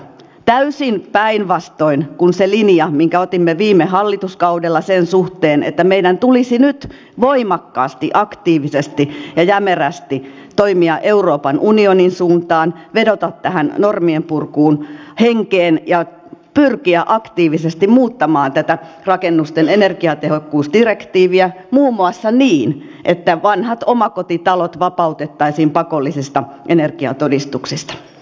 täysin päinvastoin kuin se linja minkä otimme viime hallituskaudella sen suhteen että meidän tulisi nyt voimakkaasti aktiivisesti ja jämerästi toimia euroopan unionin suuntaan vedota tähän normien purun henkeen ja pyrkiä aktiivisesti muuttamaan tätä rakennusten energiatehokkuusdirektiiviä muun muassa niin että vanhat omakotitalot vapautettaisiin pakollisista energiatodistuksista